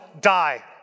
die